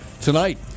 tonight